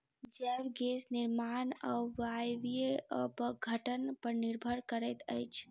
जैव गैस निर्माण अवायवीय अपघटन पर निर्भर करैत अछि